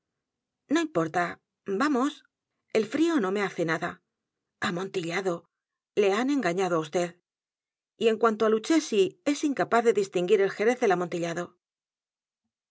no importa vamos el frío no me hace nada amontillado le han engañado á vd y en cuanto á lucchesi es incapaz de distinguir el jerez del